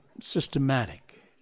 systematic